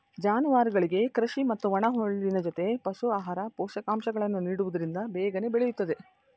ಜಾನುವಾರುಗಳಿಗೆ ಕೃಷಿ ಮತ್ತು ಒಣಹುಲ್ಲಿನ ಜೊತೆಗೆ ಪಶು ಆಹಾರ, ಪೋಷಕಾಂಶಗಳನ್ನು ನೀಡುವುದರಿಂದ ಬೇಗನೆ ಬೆಳೆಯುತ್ತದೆ